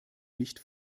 nicht